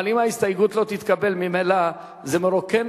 אבל אם ההסתייגות לא תתקבל ממילא זה מרוקן